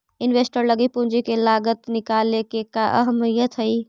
Investor लागी पूंजी के लागत निकाले के का अहमियत हई?